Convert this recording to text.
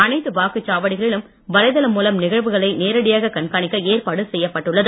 அனைத்து வாக்குச்சாவடிகளிலும் வலைதளம் மூலம் நிகழ்வுகளை நேரடியாக கண்காணிக்க செய்யப்பட்டுள்ளது